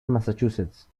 massachusetts